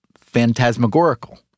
phantasmagorical